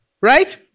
right